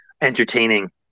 entertaining